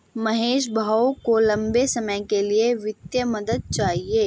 महेश भाऊ को लंबे समय के लिए वित्तीय मदद चाहिए